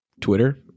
Twitter